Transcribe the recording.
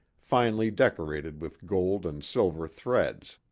finely decorated with gold and silver threads.